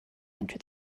enter